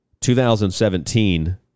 2017